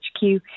HQ